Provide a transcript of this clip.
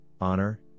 honor